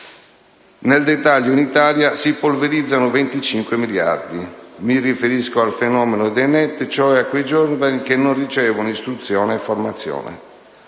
Nel dettaglio, in Italia si polverizzano 25 miliardi. Mi riferisco al fenomeno dei NEET, cioè a quei giovani che non ricevono istruzione e formazione.